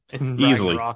Easily